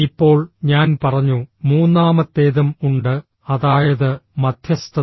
ഇപ്പോൾ ഞാൻ പറഞ്ഞു മൂന്നാമത്തേതും ഉണ്ട് അതായത് മദ്ധ്യസ്ഥത